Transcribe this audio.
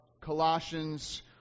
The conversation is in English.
Colossians